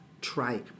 try